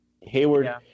Hayward